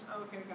Okay